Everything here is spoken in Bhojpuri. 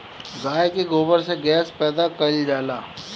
गाय के गोबर से गैस पैदा कइल जाला